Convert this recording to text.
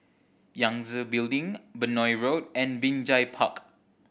Yangtze Building Benoi Road and Binjai Park